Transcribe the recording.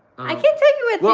i can't tell you what